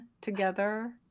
together